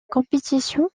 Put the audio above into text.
compétition